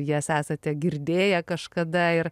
jas esate girdėję kažkada ir